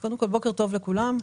בוקר טוב לכולם.